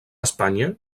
espanya